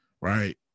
right